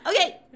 okay